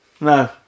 No